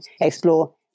explore